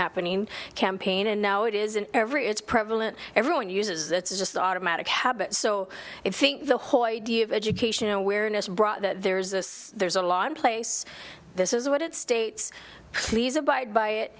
happening campaign and now it is an every it's prevalent everyone uses it's just automatic habit so if think the whole idea of education awareness brought that there's a there's a law in place this is what it states please abide by it